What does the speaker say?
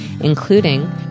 including